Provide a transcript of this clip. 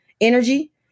energy